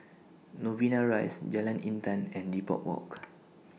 Novena Rise Jalan Intan and Depot Walk